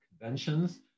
Conventions